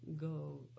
go